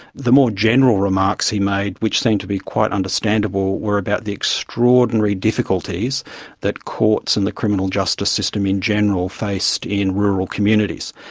the more general remarks he made, which seemed to be quite understandable, were about the extraordinary difficulties that courts and the criminal justice system in general faced in rural communities.